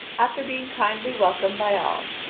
after being kindly welcomed by all,